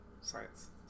Science